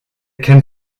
kennt